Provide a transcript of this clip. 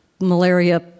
malaria